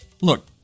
Look